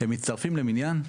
הם מצטרפים למניין?